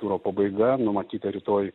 turo pabaiga numatyta rytoj